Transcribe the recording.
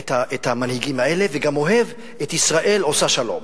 את המנהיגים האלה, וגם אוהב את ישראל עושה שלום.